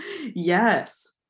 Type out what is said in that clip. Yes